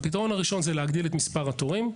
הפתרון הראשון זה להגדיל את מספר התורים,